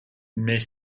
mais